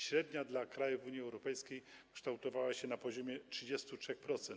Średnia dla krajów Unii Europejskiej kształtowała się na poziomie 33%.